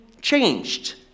changed